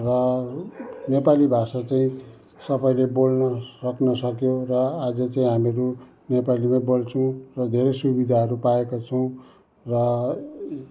र नेपाली भाषा चाहिँ सबैले बोल्न सक्न सक्यो र आज चाहिँ हामीहरू नेपालीमा बोल्छौँ र धेरै सुविधाहरू पाएका छौँ र